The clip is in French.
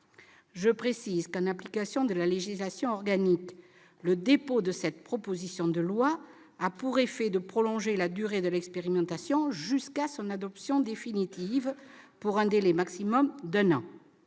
Je précise que, en application de la législation organique, le dépôt de cette proposition de loi a pour effet de prolonger la durée de l'expérimentation jusqu'à son adoption définitive, pour un délai maximum d'un an.